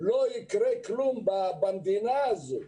לא יקרה כלום במדינה הזו?